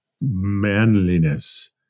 manliness